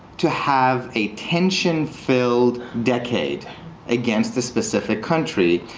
to have a tension-filled decade against the specific country,